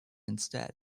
instead